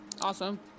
Awesome